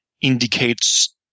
indicates